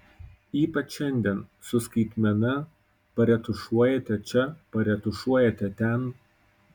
ypač šiandien su skaitmena paretušuojate čia paretušuojate ten